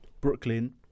Brooklyn